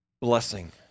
blessing